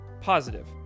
positive